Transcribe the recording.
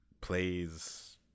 plays